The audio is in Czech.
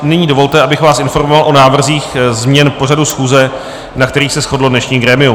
Nyní dovolte, abych vás informoval o návrzích změn v pořadu schůze, na kterých se shodlo dnešní grémium.